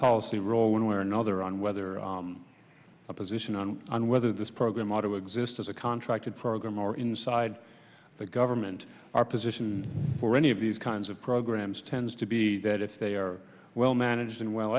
policy role one way or another on whether a position on whether this program are to exist as a contracted program or inside the government our position for any of these kinds of programs tends to be that if they are well managed and w